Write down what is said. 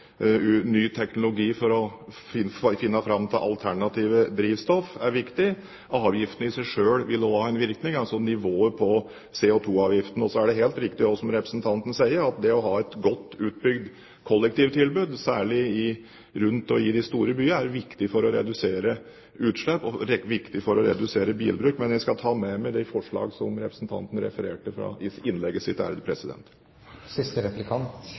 – ny teknologi for å finne fram til alternative drivstoff, er viktig. Avgiften i seg selv vil også ha en virkning, altså nivået på CO2-avgiften. Så er det også helt riktig, som representanten sier, at det å ha et godt utbygd kollektivtilbud, særlig i og rundt de store byene, er viktig for å redusere utslipp, og viktig for å redusere bilbruk. Men jeg skal ta med meg de forslagene representanten refererte i innlegget sitt.